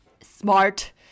smart